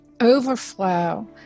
overflow